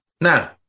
Now